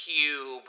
cube